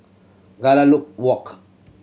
Walk